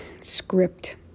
script